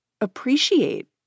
appreciate